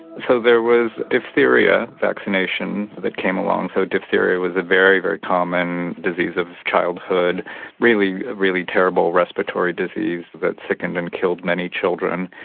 so there was diphtheria vaccination that came along, so diphtheria was a very, very common disease of childhood, a really, really terrible respiratory disease that sickened and killed many children.